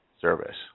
service